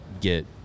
get